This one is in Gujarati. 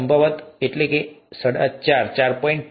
5 બિલિયન4